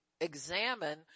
examine